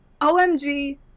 OMG